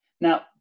Now